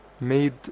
made